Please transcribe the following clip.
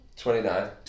29